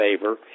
favor